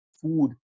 food